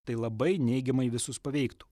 tai labai neigiamai visus paveiktų